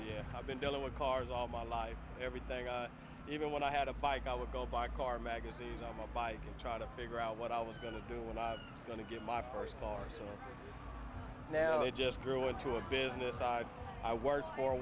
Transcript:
yeah i've been dealing with cars all my life everything even when i had a bike i would go by car magazine on my bike and try to figure out what i was going to do and i'm going to get my first car now i just grew into a business i worked for a